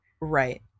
Right